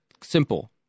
simple